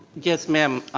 yes, ma'am,